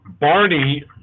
Barney